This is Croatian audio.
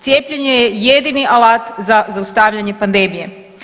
Cijepljenje je jedini alat za zaustavljanje pandemije.